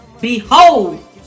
Behold